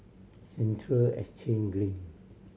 Central Exchange Green